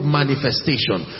manifestation